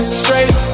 straight